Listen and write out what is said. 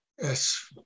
Yes